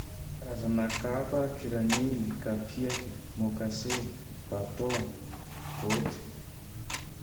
Karazagne kapa: kiranily, kapiake, môkase, batôn, bôty.